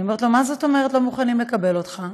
אני אומרת לו: מה זאת אומרת לא מוכנים לקבל אותך?